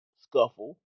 scuffle